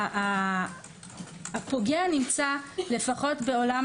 הפוגע נמצא לפחות בעולם